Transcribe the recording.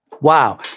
Wow